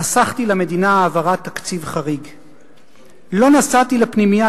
חסכתי למדינה העברת 'תקציב חריג'; 4. לא נסעתי לפנימייה,